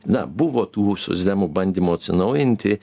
na buvo tų socdemų bandymų atsinaujinti